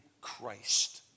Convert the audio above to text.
Christ